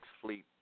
Fleet